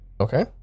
Okay